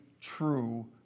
true